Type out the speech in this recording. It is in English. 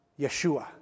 Yeshua